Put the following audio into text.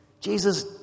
Jesus